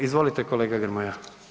Izvolite kolega Grmoja.